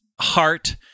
heart